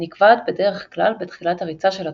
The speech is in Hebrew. הנקבעת בדרך כלל בתחילת הריצה של התוכנית.